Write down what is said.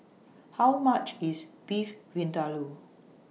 How much IS Beef Vindaloo